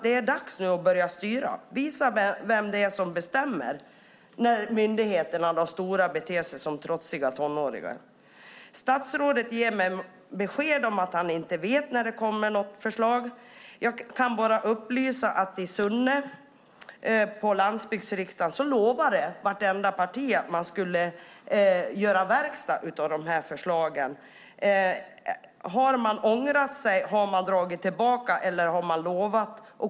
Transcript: Det är dags att börja styra och visa vem det är som bestämmer när de stora myndigheterna beter sig som trotsiga tonåringar. Statsrådet ger besked om att han inte vet när det kommer något förslag. På landsbygdsriksdagen i Sunne lovade vartenda parti att man skulle göra verkstad av dessa förslag. Har man ångrat sig? Har man tagit tillbaka det man lovat?